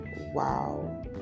Wow